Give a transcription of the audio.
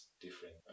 different